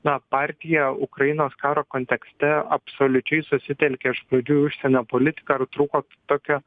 na partija ukrainos karo kontekste absoliučiai susitelkė iš pradžių į užsienio politiką ir trūko tokio